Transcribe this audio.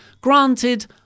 granted